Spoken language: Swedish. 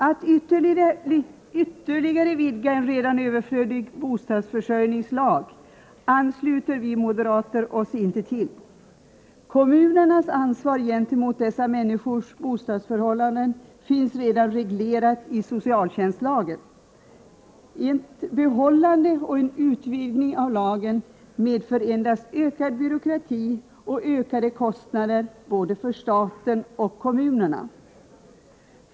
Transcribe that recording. Att ytterligare vidga en redan överflödig bostadsförsörjningslag ansluter vi moderater oss inte till. Kommunernas ansvar gentemot dessa människors bostadsförhållanden finns redan reglerad i socialtjänstlagen. Ett behållande och en utvidgning av lagen medför endast ökad byråkrati och ökade kostnader både för staten och för kommunerna.